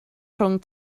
rhwng